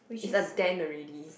is a dent already